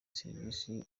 serivisi